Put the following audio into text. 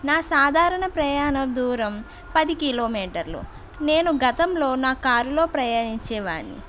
నా సాధారణ ప్రయాణ దూరం పది కిలో మీటర్లు నేను గతంలో నా కారు లో ప్రయాణించేవాని